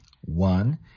One